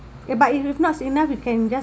ya but if not enough you can just